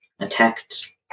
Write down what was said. attacked